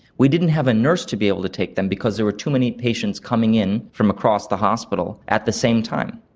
we didn't have a nurse to be able to take them because there were too many patients coming in from across the hospital at the same time.